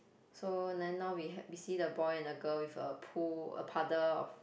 so then now we ha~ we see a boy and a girl with a pool a puddle of